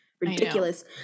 Ridiculous